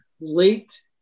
late